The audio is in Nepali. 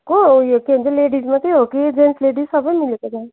को हो यो चाहिँ लेडिज मात्रै हो कि जेन्ट्स लेडिज सबै मिलेको छ